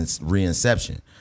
re-inception